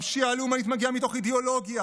הפשיעה הלאומנית מגיעה מתוך אידיאולוגיה.